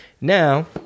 Now